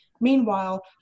Meanwhile